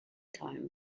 time